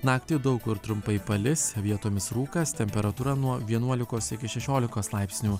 naktį daug kur trumpai palis vietomis rūkas temperatūra nuo vienuolikos iki šešiolikos laipsnių